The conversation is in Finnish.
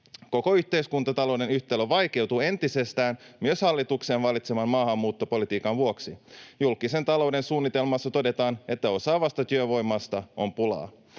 Koko yhteiskuntatalouden yhtälö vaikeutuu entisestään myös hallituksen valitseman maahanmuuttopolitiikan vuoksi. Julkisen talouden suunnitelmassa todetaan, että osaavasta työvoimasta on pulaa.